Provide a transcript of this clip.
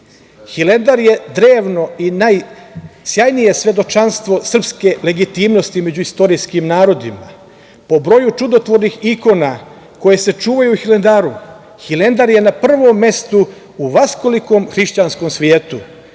je drevno najsjajnije svedočanstvo srpske legitimnosti među istorijskim narodima. Po broju čudotvornih ikona koje se čuvaju u Hilandaru, Hilandar je na prvom mestu u vaskolikom hrišćanskom svetu,